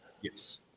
Yes